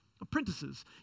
apprentices